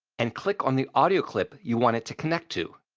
and click on the audio clip you want it to connect to.